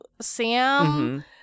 Sam